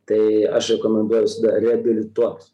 tai aš rekomenduoju visada reabilituot